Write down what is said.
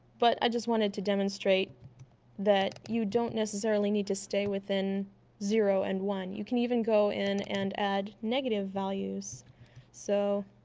but i just wanted to demonstrate that you don't necessarily need to stay within zero and one you can even go in and add negative values so